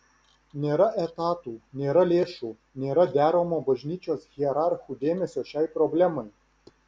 nėra etatų nėra lėšų nėra deramo bažnyčios hierarchų dėmesio šiai problemai